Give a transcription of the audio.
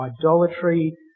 idolatry